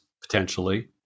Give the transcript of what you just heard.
potentially